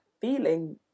feeling